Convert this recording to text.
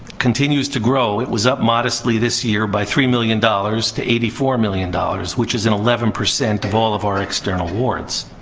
continues to grow. it was up modestly this year by three million dollars to eighty four million dollars, which is an eleven percent of all of our external awards.